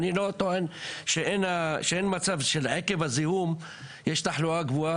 אני לא טוען שאין מצב שעקב הזיהום יש תחלואה גבוהה